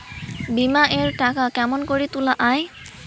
বিমা এর টাকা কেমন করি তুলা য়ায়?